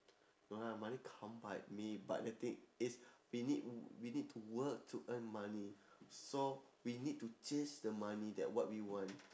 no lah money can't buy me but the thing is we need we need to work to earn money so we need to chase the money that what we want